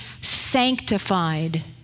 sanctified